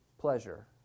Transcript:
pleasure